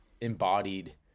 embodied